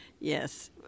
Yes